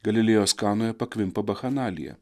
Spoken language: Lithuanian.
galilėjos kanoje pakvimpa bakchanalija